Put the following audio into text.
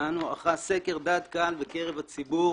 שלנו ערכה סקר דעת קהל בקרב הציבור